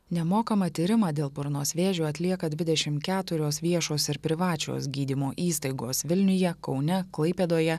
nemokamą tyrimą dėl burnos vėžio atlieka dvidešimt keturios viešos ir privačios gydymo įstaigos vilniuje kaune klaipėdoje